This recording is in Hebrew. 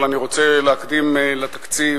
אבל אני רוצה להקדים לתקציב